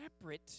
separate